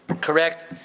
correct